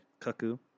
Kaku